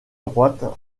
droite